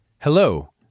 Hello